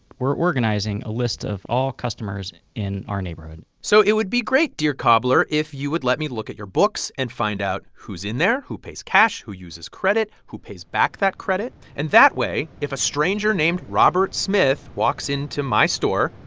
we're organizing a list of all customers in our neighborhood so it would be great, dear cobbler, if you would let me look at your books and find out who's in there, who pays cash, who uses credit, who pays back that credit. and that way if a stranger named robert smith walks into my store,